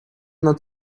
not